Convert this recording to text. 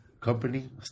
Company